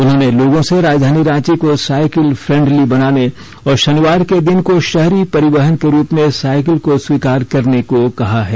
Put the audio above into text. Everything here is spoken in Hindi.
उन्होंने लोगों से राजधानी रांची को साइकिल फ्रेंडली बनाने और शनिवार के दिन को शहरी परिवहन के रूप मे साइकिल को स्वीकार करने को कहा है